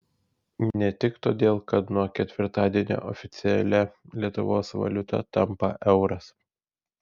ne tik todėl kad nuo ketvirtadienio oficialia lietuvos valiuta tampa euras